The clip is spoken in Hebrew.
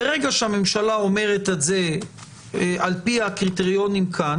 ברגע שהממשלה אומרת את זה על פי הקריטריונים כאן